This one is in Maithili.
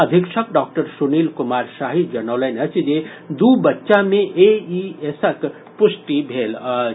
अधीक्षक डॉक्टर सुनील कुमार शाही जनौलनि अछि जे दू बच्चा मे एईएसक पुष्टि भेल अछि